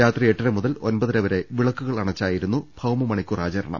രാത്രി എട്ടര മുതൽ ഒമ്പതര വരെ വിളക്കുകൾ അണച്ചായിരുന്നു ഭൌമ മണിക്കൂർ ആചരണം